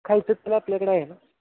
खायचं तेल आपल्याकडं आहे ना